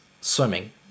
swimming